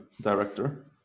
director